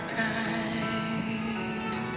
time